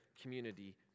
Community